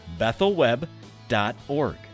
bethelweb.org